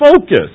Focus